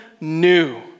new